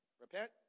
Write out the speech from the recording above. repent